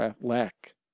lack